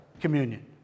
communion